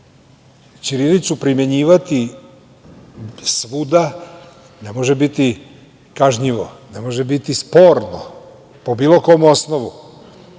ćirilicu primenjivati svuda ne može biti kažnjivo, ne može biti sporno, po bilo kom osnovu.I